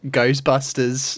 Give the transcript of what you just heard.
Ghostbusters